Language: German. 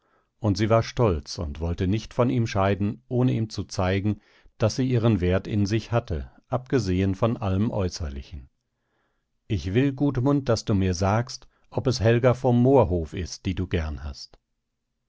und sie war stolz und wollte nicht von ihm scheiden ohne ihm zu zeigen daß sie ihren wert in sich hatte abgesehen von allem äußerlichen ich will gudmund daß du mir sagst ob es helga vom moorhof ist die du gern hast